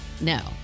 No